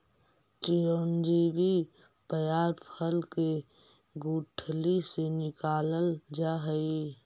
चिरौंजी पयार फल के गुठली से निकालल जा हई